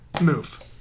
Move